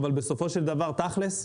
אבל בסופו של דבר תכל'ס,